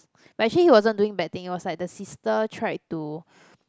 but he he wasn't doing bad things like it was the sister tried to